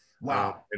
Wow